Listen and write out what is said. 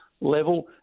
level